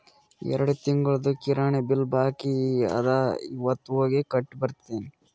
ಎರಡು ತಿಂಗುಳ್ದು ಕಿರಾಣಿ ಬಿಲ್ ಬಾಕಿ ಅದ ಇವತ್ ಹೋಗಿ ಕಟ್ಟಿ ಬರ್ತಿನಿ